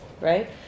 right